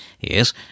Yes